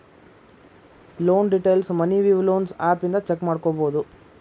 loan ಡೇಟೈಲ್ಸ್ನ Money View loans app ಇಂದ check ಮಾಡ್ಕೊಬೋದು